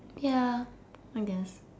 ya I guess